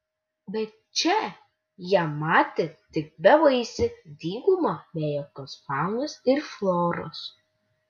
bet čia jie matė tik bevaisę dykumą be jokios faunos ir floros